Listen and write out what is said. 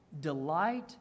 delight